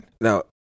Now